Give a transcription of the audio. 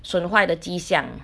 损坏的迹象